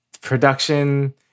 production